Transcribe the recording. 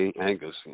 angus